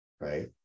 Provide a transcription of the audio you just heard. right